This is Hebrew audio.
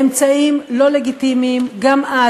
באמצעים לא לגיטימיים גם אז,